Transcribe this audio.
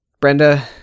brenda